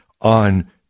on